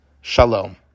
Shalom